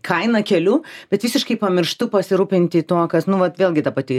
kainą keliu bet visiškai pamirštu pasirūpinti tuo kas nu vat vėlgi ta pati